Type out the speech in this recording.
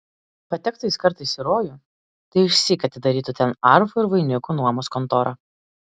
patektų jis kartais į rojų tai išsyk atidarytų ten arfų ir vainikų nuomos kontorą